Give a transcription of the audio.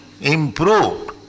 improved